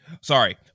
Sorry